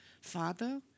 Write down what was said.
Father